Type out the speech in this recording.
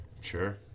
Sure